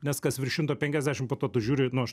nes kas virš šimto penkiasdešim po to tu žiūri nu aš